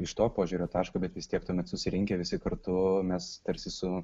iš to požiūrio taško bet vis tiek tuomet susirinkę visi kartu mes tarsi su